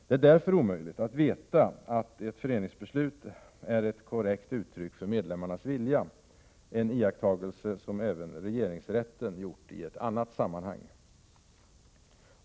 Det är därför omöjligt att veta att ett föreningsbeslut är ett korrekt uttryck för medlemmarnas vilja, en iakttagelse som även regeringsrätten gjort i annat sammanhang.